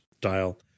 dial